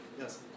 Yes